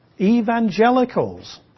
evangelicals